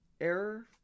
error